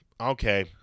okay